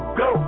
go